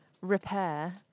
repair